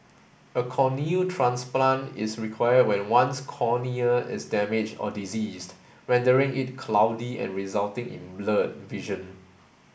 a corneal transplant is required when one's cornea is damaged or diseased rendering it cloudy and resulting in blurred vision